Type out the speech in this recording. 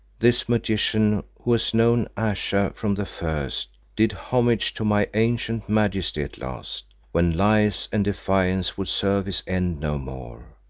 this magician who has known ayesha from the first, did homage to my ancient majesty at last, when lies and defiance would serve his end no more.